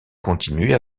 continue